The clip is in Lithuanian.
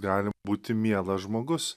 gali būti mielas žmogus